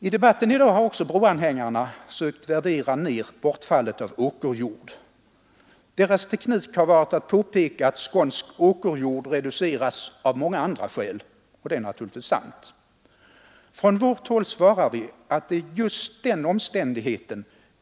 I debatten i dag har också broanhängarna sökt värdera ner bortfallet av åkerjord. Deras teknik har varit att påpeka att skånsk åkerjord reduceras av många andra skäl. Detta är naturligtvis sant. Från skånskt håll svaras att just den omständigheten.